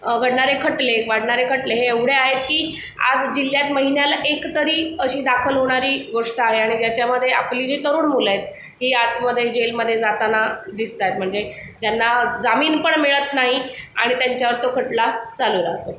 घडणारे खटले वाढणारे खटले हे एवढे आहेत की आज जिल्ह्यात महिन्याला एकतरी अशी दाखल होणारी गोष्ट आहे आणि ज्याच्यामध्ये आपली जी तरुण मुलं आहेत ही आतमध्ये जेलमध्ये जाताना दिसत आहेत म्हणजे ज्यांना जामीन पण मिळत नाही आणि त्यांच्यावर तो खटला चालू राहतो